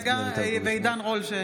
(קוראת בשמות חברי הכנסת) עידן רול,